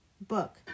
book